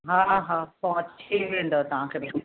हा हा पहुची वेंदव तव्हां खे